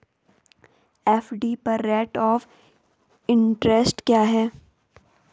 FD पर rate of interest क्या है?